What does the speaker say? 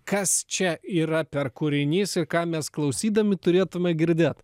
kas čia yra per kūrinys ir ką mes klausydami turėtume girdėt